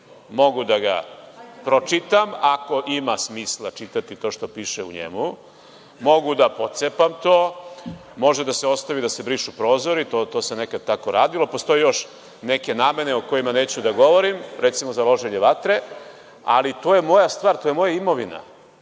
Mogu da ga pročitam, ako ima smisla čitati to što piše u njemu, mogu da pocepam to, može da se ostavi da se brišu prozori, to se nekad tako radilo, a postoje još neke namene o kojima neću da govorim. Recimo, za loženje vatre. Ali, to je moja stvar. To je moja imovina